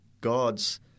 God's